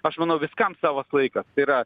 aš manau viskam savas laikas tai yra